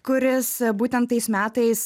kuris būtent tais metais